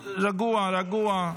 רגוע, רגוע.